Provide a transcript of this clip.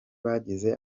babigize